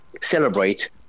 celebrate